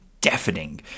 deafening